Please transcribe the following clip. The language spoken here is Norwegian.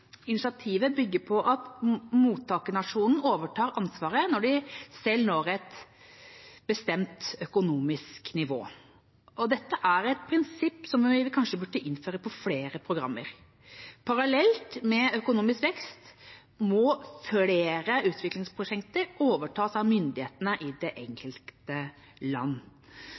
Initiativet bygger på at mottakernasjonen overtar ansvaret når de selv når et bestemt økonomisk nivå. Dette er et prinsipp vi kanskje burde innføre for flere programmer. Parallelt med økonomisk vekst må flere utviklingsprosjekter overtas av myndighetene i det enkelte land.